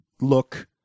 look